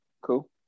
Cool